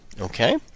Okay